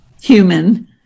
human